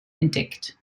entdeckt